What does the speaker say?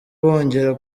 bongera